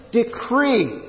decree